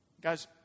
Guys